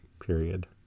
period